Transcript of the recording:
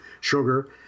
sugar